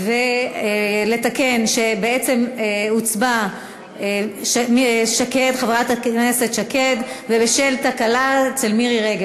ולתקן שבעצם הוצבע "חברת הכנסת שקד" בשל תקלה אצל מירי רגב,